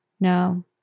No